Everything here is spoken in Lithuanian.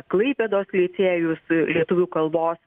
klaipėdos licėjus e lietuvių kalbos